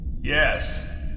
Yes